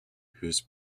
whose